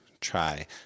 try